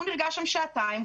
והוא נרגע שם שעתיים,